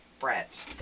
Brett